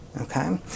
Okay